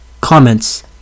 Comments